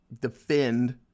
defend